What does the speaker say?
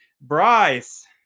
Bryce